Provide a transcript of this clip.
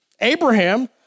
Abraham